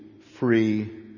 free